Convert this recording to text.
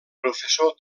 professor